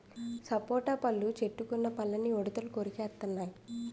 సపోటా పళ్ళు చెట్టుకున్న పళ్ళని ఉడతలు కొరికెత్తెన్నయి